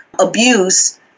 abuse